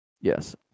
Yes